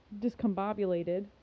discombobulated